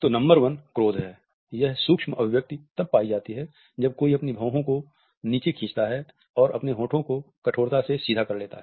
तो नंबर 1 क्रोध है यह सूक्ष्म अभिव्यक्ति तब पाई जाती है जब कोई अपनी भौंहों को नीचे खींचता है और अपने होंठों को कठोरता से सीधा कर लेता है